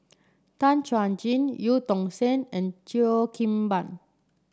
Tan Chuan Jin Eu Tong Sen and Cheo Kim Ban